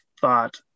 thought